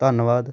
ਧੰਨਵਾਦ